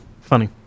funny